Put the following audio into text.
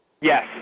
Yes